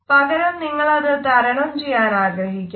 പകരം നിങ്ങളത് തരണം ചെയ്യാൻ ആഗ്രഹിക്കും